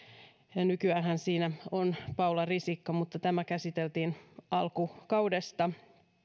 nykyäänhän siinä on paula risikko mutta tämä käsiteltiin alkukaudesta